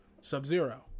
Sub-Zero